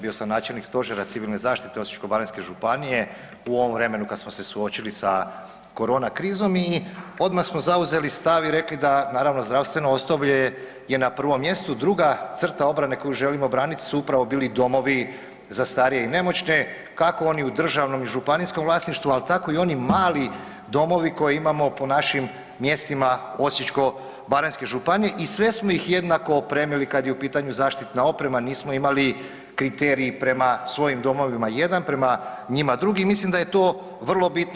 Bio sam načelnik Stožera civilne zaštite Osječko-baranjske županije u ovom vremenu kad smo se suočili sa korona krizom i odmah smo zauzeli stav i rekli da naravno zdravstveno osoblje je na prvom mjestu, druga crta obrane koju želimo branit su upravo bili domovi za starije i nemoćne kako oni u državnom i županijskom vlasništvu, ali tako i oni mali domovi koje imamo po našim mjestima Osječko-baranjske županije i sve smo ih jednako opremili kad je u pitanju zaštitna oprema, nismo imali kriterij prema svojim domovima jedan, prema njima drugi i mislim da je to vrlo bitno.